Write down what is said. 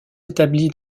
établies